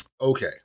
Okay